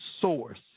source